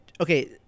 okay